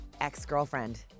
ex-girlfriend